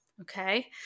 Okay